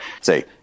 say